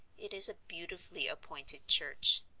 it is a beautifully appointed church.